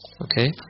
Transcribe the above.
Okay